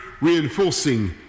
reinforcing